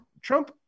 Trump